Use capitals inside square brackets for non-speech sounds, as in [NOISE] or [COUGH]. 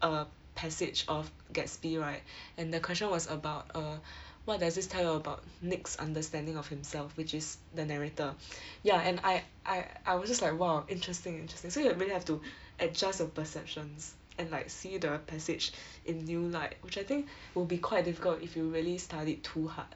a passage of Gatsby right [BREATH] and the question was about a [BREATH] what does this tell you about Nick's understanding of himself which is the narrator [BREATH] ya and I I I was just like !wah! interesting interesting so you'll really have to [BREATH] adjust your perceptions and like see the passage [BREATH] in a new light which I think [BREATH] will be quite difficult if you really studied too hard